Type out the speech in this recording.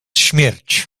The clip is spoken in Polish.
śmierć